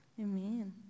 Amen